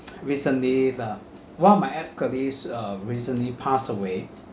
recently the one of my ex colleague uh recently passed away